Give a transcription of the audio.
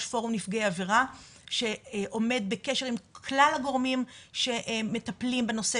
פורום נפגעי עבירה שעומד בקשר עם כלל הגורמים שמטפלים בנושא